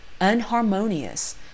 unharmonious